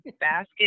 basket